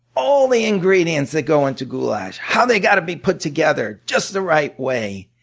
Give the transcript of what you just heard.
all the ingredients that go into goulash, how they've got to be put together just the right way.